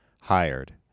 hired